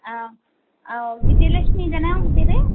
ஆ ஆ வித்யலக்ஷ்மி தானே உங்கள் பேர்